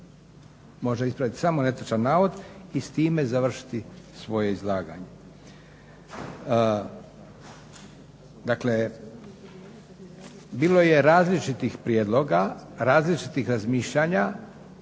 može ispraviti samo netočan navod i s time završiti svoje izlaganje. Dakle, bilo je različitih prijedloga, različitih razmišljanja,